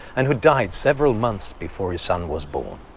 and who died several months before his son was born.